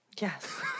yes